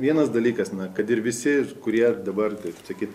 vienas dalykas na kad ir visi kurie dabar taip sakyt